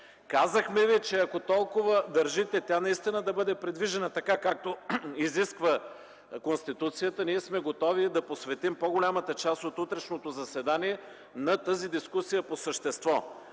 Казахме ви, че ако толкова държите тя наистина да бъде придвижена така, както изисква Конституцията, ние сме готови да посветим по-голямата част от утрешното заседание на тази дискусия по същество.